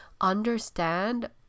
understand